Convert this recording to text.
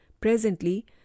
presently